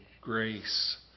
grace